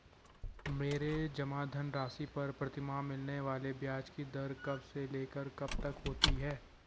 मेरे जमा धन राशि पर प्रतिमाह मिलने वाले ब्याज की दर कब से लेकर कब तक होती है?